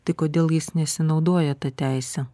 tai kodėl jis nesinaudoja ta teise